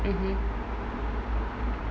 mmhmm